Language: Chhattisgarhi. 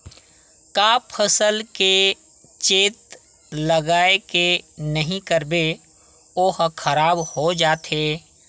का फसल के चेत लगय के नहीं करबे ओहा खराब हो जाथे?